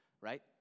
right